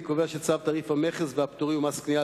אני קובע שצו תעריף המכס והפטורים ומס קנייה על